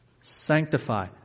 Sanctify